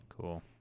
Cool